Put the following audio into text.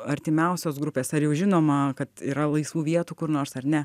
artimiausios grupės ar jau žinoma kad yra laisvų vietų kur nors ar ne